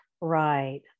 Right